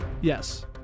yes